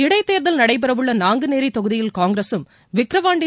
இடைத்தோ்தல் நடைபெறவுள்ள நாங்குநேரி தொகுதியில் காங்கிரஸும் விக்ரவாண்டி